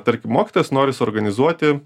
tarkim mokytojas nori suorganizuoti